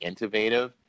innovative